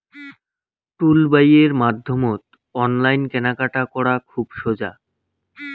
টুলবাইয়ের মাধ্যমত অনলাইন কেনাকাটা করা খুব সোজা